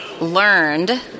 learned